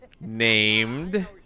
Named